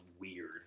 weird